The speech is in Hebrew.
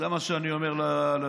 זה מה שאני אומר ליושב-ראש.